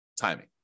timing